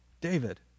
David